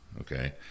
okay